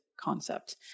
concept